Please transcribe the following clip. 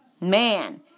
man